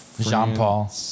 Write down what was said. Jean-Paul